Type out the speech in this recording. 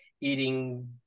eating